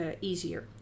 easier